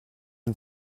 une